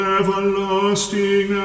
everlasting